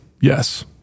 Yes